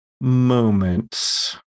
moments